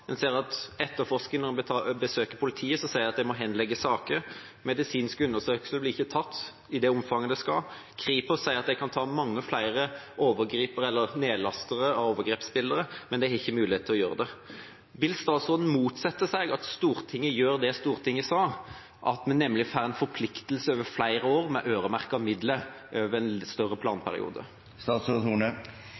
En ser når en besøker politiet, at en må henlegge saker. Medisinske undersøkelser blir ikke tatt i det omfanget det skal. Kripos sier at de kan ta mange flere overgripere eller nedlastere av overgrepsbilder, men de har ikke mulighet til å gjøre det. Vil statsråden motsette seg at Stortinget gjør det Stortinget sa, nemlig at en får en forpliktelse over flere år med øremerkede midler over en større